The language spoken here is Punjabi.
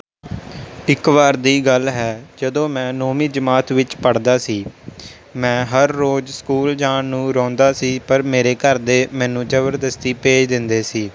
ਇੱਕ ਵਾਰ ਦੀ ਗੱਲ ਹੈ ਜਦੋਂ ਮੈਂ ਨੌਵੀਂ ਜਮਾਤ ਵਿੱਚ ਪੜ੍ਹਦਾ ਸੀ ਮੈਂ ਹਰ ਰੋਜ਼ ਸਕੂਲ ਜਾਣ ਨੂੰ ਰੋਂਦਾ ਸੀ ਪਰ ਮੇਰੇ ਘਰਦੇ ਮੈਨੂੰ ਜਬਰਦਸਤੀ ਭੇਜ ਦਿੰਦੇ ਸੀ